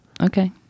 okay